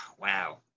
wow